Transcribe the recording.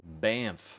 bamf